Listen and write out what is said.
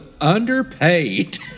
underpaid